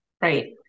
Right